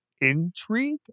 intrigue